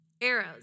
arrows